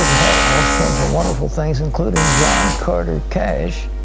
have all kinds of wonderful things, including john carter cash,